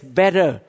better